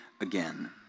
again